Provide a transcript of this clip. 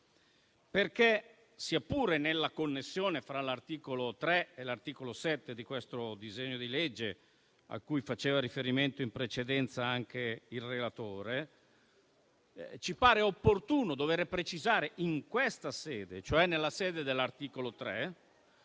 perché, sia pure nella connessione fra l'articolo 3 e l'articolo 7 di questo disegno di legge a cui faceva riferimento in precedenza anche il relatore, ci pare opportuno dover precisare, in sede di esame dell'articolo 3,